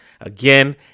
Again